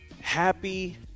Happy